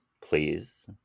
please